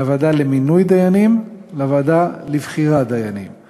מ"הוועדה למינוי דיינים" ל"הוועדה לבחירת דיינים";